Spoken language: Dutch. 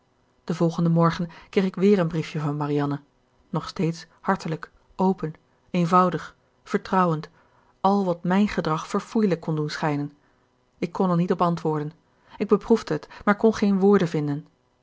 den volgenden morgen kreeg ik weer een briefje van marianne nog steeds hartelijk open eenvoudig vertrouwend al wat mijn gedrag verfoeilijk kon doen schijnen ik kon er niet op antwoorden ik beproefde het maar kon geen woorden vinden